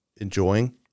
enjoying